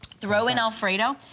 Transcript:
throw in alfredo.